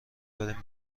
بریم